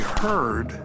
heard